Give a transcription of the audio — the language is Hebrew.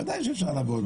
בוודאי שאפשר לעבוד.